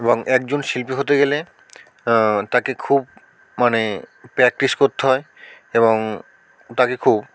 এবং একজন শিল্পী হতে গেলে তাকে খুব মানে প্র্যাকটিস করতে হয় এবং তাকে খুব